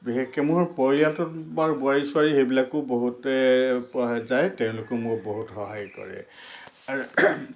বিশেষকৈ মোৰ পৰিয়ালটোত মোৰ বোৱাৰী চোৱাৰী সেইবিলাকো বহুতে পোৱা যায় তেওঁলোকেও মোক বহুত সহায় কৰে আৰু